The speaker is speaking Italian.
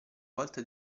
volta